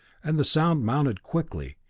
and the sound mounted quickly,